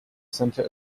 center